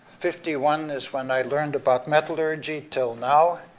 fifty one is when i learned about metallurgy, till now,